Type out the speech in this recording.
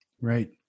Right